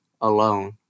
alone